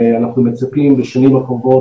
אנחנו מצפים בשנים הקרובות,